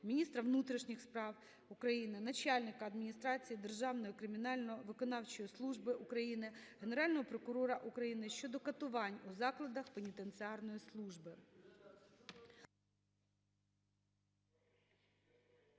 міністра внутрішніх справ України, Начальника Адміністрації Державної кримінально-виконавчої служби України, Генерального прокурора України щодо катувань в закладах пенітенціарної служби.